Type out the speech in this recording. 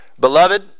Beloved